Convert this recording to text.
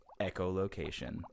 echolocation